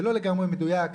זה לא לגמרי מדוייק.